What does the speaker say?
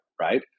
right